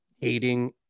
hating